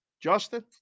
Justin